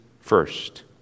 first